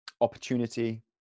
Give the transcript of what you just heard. opportunity